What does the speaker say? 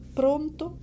pronto